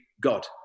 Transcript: God